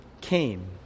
came